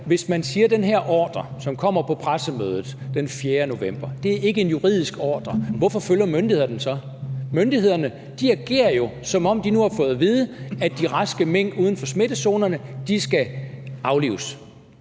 hvis man siger, at den her ordre, som kommer på pressemødet den 4. november, ikke er en juridisk ordre, hvorfor følger myndighederne den så? Myndighederne agerer jo, som om de nu har fået at vide, at de raske mink uden for smittezonerne nu skal aflives,